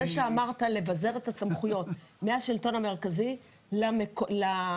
זה שאמרת לבזר את הסמכויות מהשלטון המרכזי למקומי,